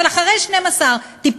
אבל אחרי 12 טיפולים,